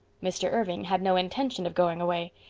mr. irving had no intention of going away.